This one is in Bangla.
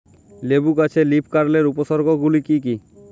লেবু গাছে লীফকার্লের উপসর্গ গুলি কি কী?